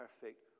perfect